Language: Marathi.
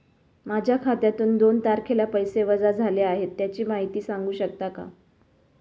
माझ्या खात्यातून दोन तारखेला पैसे वजा झाले आहेत त्याची माहिती सांगू शकता का?